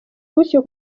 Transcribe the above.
gutyo